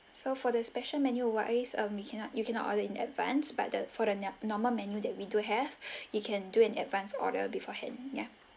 so for the special menu wise um you cannot you cannot order in advance but the for the normal menu that we do have you can do an advance order beforehand ya